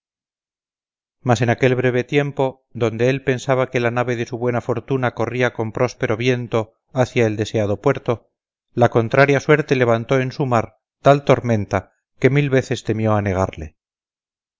mas en aquel breve tiempo donde él pensaba que la nave de su buena fortuna corría con próspero viento hacia el deseado puerto la contraria suerte levantó en su mar tal tormenta que mil veces temió anegarle